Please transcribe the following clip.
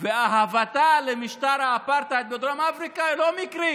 ואהבתה למשטר האפרטהייד בדרום אפריקה היא לא מקרית,